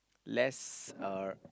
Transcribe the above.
less uh